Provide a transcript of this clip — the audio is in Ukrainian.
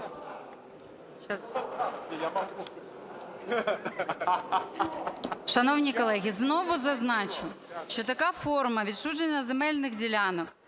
Шановні колеги, знову зазначу, що така форма відчуження земельних ділянок